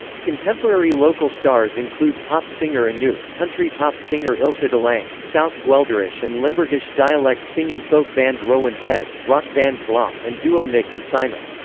contemporary local stars include pop singer anouk, country pop singer ilse delange, south south guelderish and limburgish dialect singing folk band rowwen heze, rock band blof and duo nick and simon.